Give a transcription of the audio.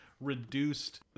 reduced